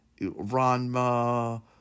Ranma